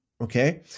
okay